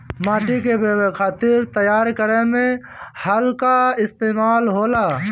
माटी के बोवे खातिर तैयार करे में हल कअ इस्तेमाल होला